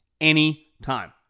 anytime